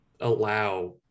allow